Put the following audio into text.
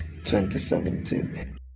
2017